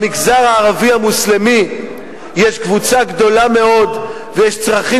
במגזר הערבי המוסלמי יש קבוצה גדולה מאוד ויש צרכים